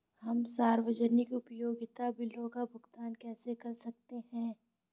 हम सार्वजनिक उपयोगिता बिलों का भुगतान कैसे कर सकते हैं?